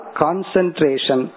concentration